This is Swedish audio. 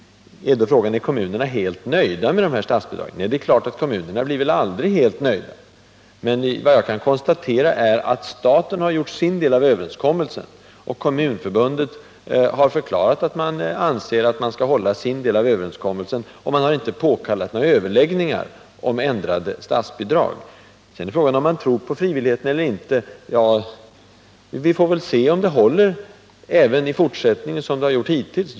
Är då kommunerna helt nöjda med statsbidragen? Nej, det är klart att kommunerna aldrig blir helt nöjda. Men vad jag kan konstatera är att staten hållit sin del av överenskommelsen, och Kommunförbundet har förklarat att man anser sig kunna hålla sin del av överenskommelsen och påkallar inte några överläggningar om ändrade statsbidrag. Sedan är det frågan om man tror på frivilligheten eller inte. Vi får väl se om det även i fortsättningen håller som det har gjort hittills.